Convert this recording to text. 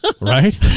Right